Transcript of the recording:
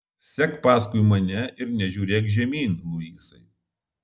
sek paskui mane ir nežiūrėk žemyn luisai